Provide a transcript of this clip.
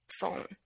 phone